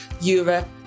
Europe